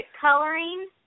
coloring